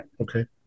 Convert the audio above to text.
okay